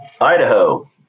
idaho